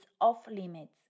off-limits